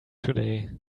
today